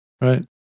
Right